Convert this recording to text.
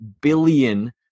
billion